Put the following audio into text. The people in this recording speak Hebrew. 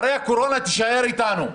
הרי הקורונה תישאר אתנו,